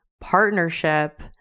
partnership